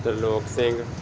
Tarlok Singh